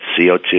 co2